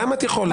גם את יכולה.